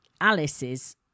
Alice's